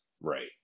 Right